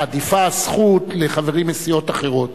עדיפה הזכות לחברים מסיעות אחרות.